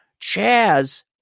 Chaz